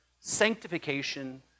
sanctification